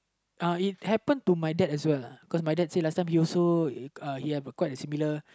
uh if happen to my dad as well cause my dad say last time he also uh he have a quite a similar